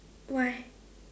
why